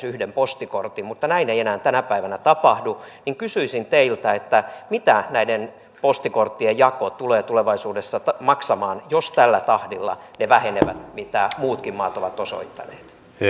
yhden postikortin mutta näin ei enää tänä päivänä tapahdu ja kysyisin teiltä mitä näiden postikorttien jako tulee tulevaisuudessa maksamaan jos ne tällä tahdilla vähenevät mitä muutkin maat ovat osoittaneet